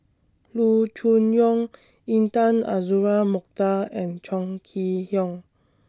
Loo Choon Yong Intan Azura Mokhtar and Chong Kee Hiong